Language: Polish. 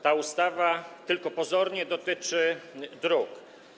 Ta ustawa tylko pozornie dotyczy dróg.